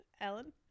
Ellen